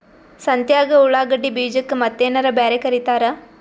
ಸಂತ್ಯಾಗ ಉಳ್ಳಾಗಡ್ಡಿ ಬೀಜಕ್ಕ ಮತ್ತೇನರ ಬ್ಯಾರೆ ಕರಿತಾರ?